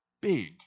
big